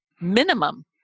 minimum